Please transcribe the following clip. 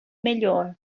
melhor